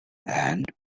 and